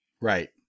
Right